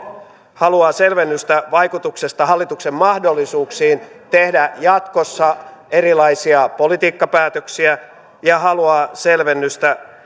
haluaa selvennystä vaikutuksesta hallituksen mahdollisuuksiin tehdä jatkossa erilaisia politiikkapäätöksiä ja haluaa selvennystä